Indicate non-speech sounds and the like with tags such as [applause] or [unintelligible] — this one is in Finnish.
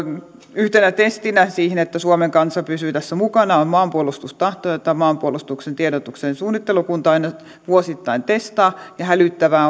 yhtenä testinä siihen että suomen kansa pysyy tässä mukana on maanpuolustustahto jota maanpuolustuksen tiedotuksen suunnittelukunta aina vuosittain testaa ja hälyttävää [unintelligible]